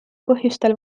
põhjustel